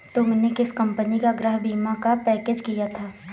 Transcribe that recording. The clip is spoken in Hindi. तुमने किस कंपनी का गृह बीमा का पैकेज लिया था?